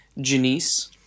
Janice